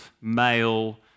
male